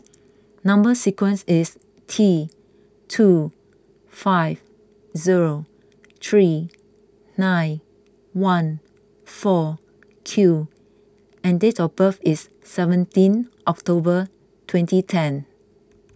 Number Sequence is T two five zero three nine one four Q and date of birth is seventeen October twenty ten